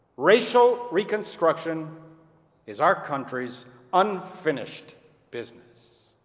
racial reconstruction is our country's unfinished business.